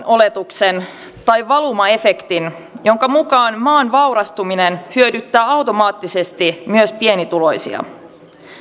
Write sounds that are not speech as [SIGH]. [UNINTELLIGIBLE] oletuksen valumaefektin jonka mukaan maan vaurastuminen hyödyttää automaattisesti myös pienituloisia